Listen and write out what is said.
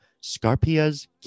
Scarpia's